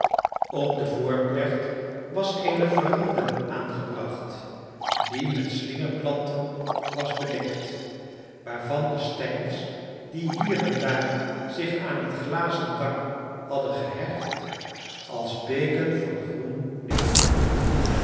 op de voorplecht was eene verande aangebracht die met slingerplanten was bedekt waarvan de stengels die hier en daar zich aan het glazendak hadden gehecht als beken van groen